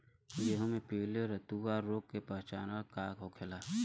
गेहूँ में पिले रतुआ रोग के पहचान का होखेला?